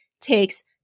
takes